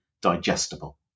digestible